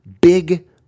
big